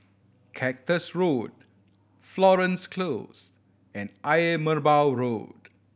Cactus Road Florence Close and Ayer Merbau Road